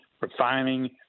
refining